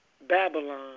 Babylon